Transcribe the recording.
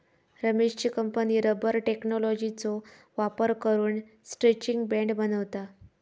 रमेशची company rubber टेक्नॉलॉजीचो वापर करून स्ट्रैचिंग बँड बनवता